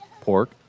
pork